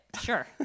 sure